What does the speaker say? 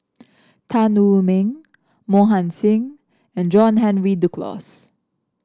Tan Wu Meng Mohan Singh and John Henry Duclos